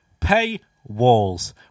Paywalls